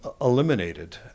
eliminated